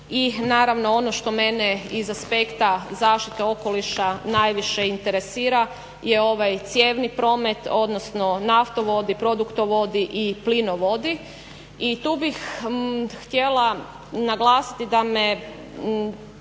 I naravno ono što mene iz aspekta zaštite okoliša najviše interesira je ovaj cijevni promet, odnosno naftovodi, produktovodi i plinovodi i tu bih htjela naglasiti da me